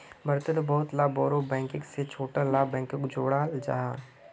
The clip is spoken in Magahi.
भारतोत बहुत ला बोड़ो बैंक से छोटो ला बैंकोक जोड़ाल जाहा